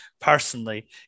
personally